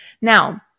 Now